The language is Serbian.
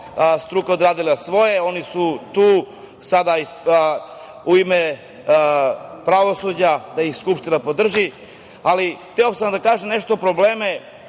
struka je odradila svoje, oni su tu sada u ime pravosuđa, da ih Skupština podrži, ali hteo sam da kažem nešto o problemima